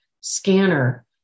scanner